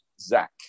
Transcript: Zach